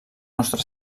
nostre